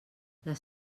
les